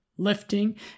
lifting